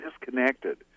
disconnected